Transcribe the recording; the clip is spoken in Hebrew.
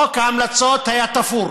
חוק ההמלצות היה תפור.